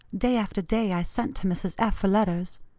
day after day i sent to mrs. f. for letters.